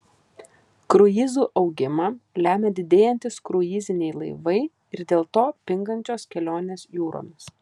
kruizų augimą lemia didėjantys kruiziniai laivai ir dėl to pingančios kelionės jūromis